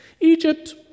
Egypt